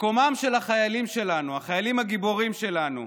מקומם של החיילים שלנו, החיילים הגיבורים שלנו,